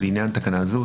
לעניין תקנה זו,